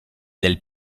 del